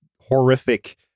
horrific